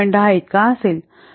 10 इतका असेल